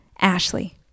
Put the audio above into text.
Ashley